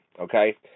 okay